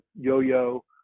yo-yo